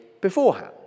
beforehand